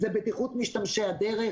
זה בטיחות משתמשי הדרך,